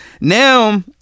now